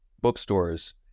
bookstores